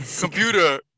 Computer